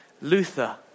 Luther